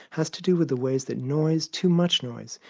has to do with the ways that noise, too much noise,